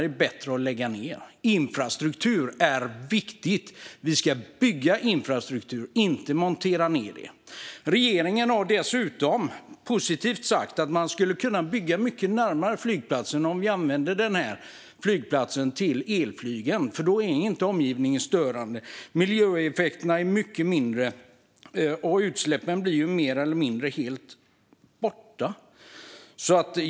Det är bättre att lägga ned. Infrastruktur är viktigt. Vi ska bygga infrastruktur, inte montera ned den. Regeringen har dessutom, vilket är positivt, sagt att man skulle kunna bygga mycket närmare flygplatsen om vi använder denna flygplats till elflyget, för då blir det inte störande för omgivningen. Miljöeffekterna är också mycket mindre, och utsläppen försvinner mer eller mindre helt.